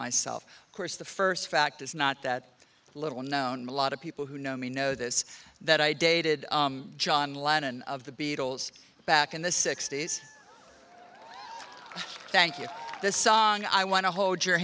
myself of course the first fact is not that little known me a lot of people who know me know this that i dated john lennon of the beatles back in the sixty's thank you this song i want to hold your